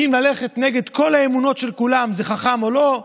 ושואל אם ללכת נגד כל האמונות של כולם זה חכם או לא,